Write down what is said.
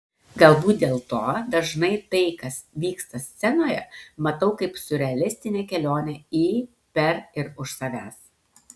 galbūt dėl to dažnai tai kas vyksta scenoje matau kaip siurrealistinę kelionę į per ir už savęs